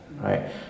right